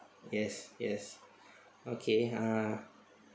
yes yes okay ah